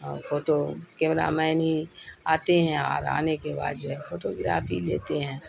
اور photo cameraman ہی آتے ہیں اور آنے کے بعد جو ہے فوٹو گرافی لیتے ہیں